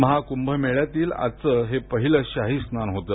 महाकुंभ मेळ्यातील आजचं हे पहिले शाही स्नान होते